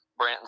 Branton